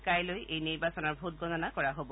কাইলৈ এই নিৰ্বাচনৰ ভোটগণনা কৰা হ'ব